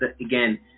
again